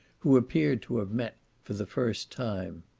who appeared to have met for the first time.